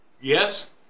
Yes